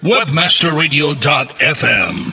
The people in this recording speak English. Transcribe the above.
WebmasterRadio.fm